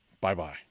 Bye-bye